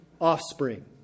offspring